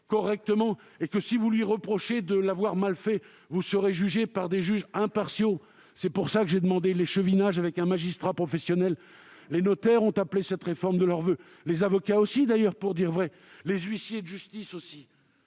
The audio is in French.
correctement et que, si vous lui reprochez de ne pas l'avoir fait, le différend sera jugé par des juges impartiaux ? C'est pour cela que j'ai demandé l'échevinage, avec la présence d'un magistrat professionnel. Les notaires ont appelé cette réforme de leurs voeux- les avocats aussi d'ailleurs, pour dire vrai, et les huissiers de justice